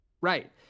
Right